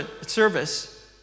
service